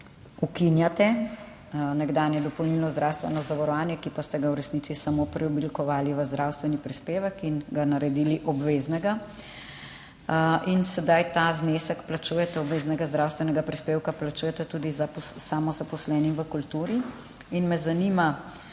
ukinjate, nekdanje dopolnilno zdravstveno zavarovanje, ki pa ste ga v resnici samo preoblikovali v zdravstveni prispevek in ga naredili obveznega, in sedaj ta znesek obveznega zdravstvenega prispevka plačujete tudi samozaposlenim v kulturi. Zanima